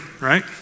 right